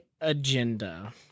agenda